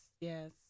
yes